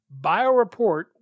BioReport